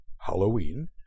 Halloween